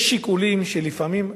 יש שיקולים שלפעמים אתה,